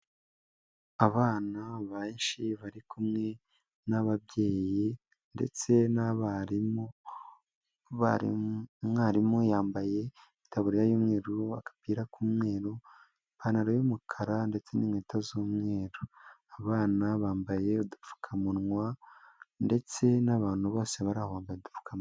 Abana benshi bari kumwe n'ababyeyi ndetse n'abarimu, umwarimu yambaye itaburiya y'umweru, agapira k'umweru, ipantaro y'umukara ndetse n'inkweta z'umweru, abana bambaye udupfukamunwa, ndetse n'abantu bose bari aho bambaye udupfukamunwa.